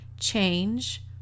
change